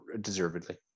deservedly